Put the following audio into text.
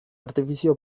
artifizio